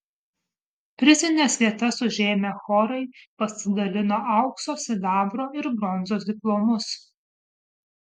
prizines vietas užėmę chorai pasidalino aukso sidabro ir bronzos diplomus